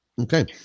okay